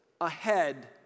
ahead